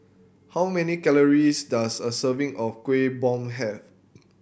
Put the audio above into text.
how many calories does a serving of Kuih Bom have